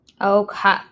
Okay